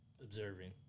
Observing